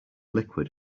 liquid